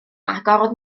agorodd